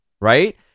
Right